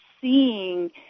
seeing